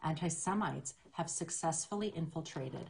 אני לא יכולה להאמין,